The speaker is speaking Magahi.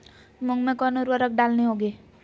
मूंग में कौन उर्वरक डालनी होगी?